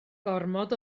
gormod